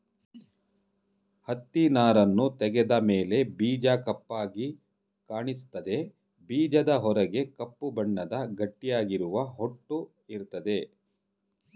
ಹತ್ತಿನಾರನ್ನು ತೆಗೆದ ಮೇಲೆ ಬೀಜ ಕಪ್ಪಾಗಿ ಕಾಣಿಸ್ತದೆ ಬೀಜದ ಹೊರಗೆ ಕಪ್ಪು ಬಣ್ಣದ ಗಟ್ಟಿಯಾಗಿರುವ ಹೊಟ್ಟು ಇರ್ತದೆ